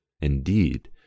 indeed